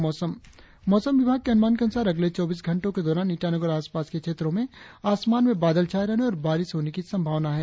और अब मोसम मौसम विभाग के अनुमान के अनुसार अगले चौबीस घंटो के दौरान ईटानगर और आसपास के क्षेत्रो में आसमान में बादल छाये रहने और बारिस होने की संभावना है